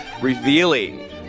revealing